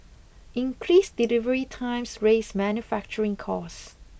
increased delivery times raise manufacturing costs